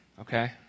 okay